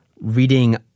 reading